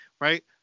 right